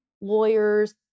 lawyers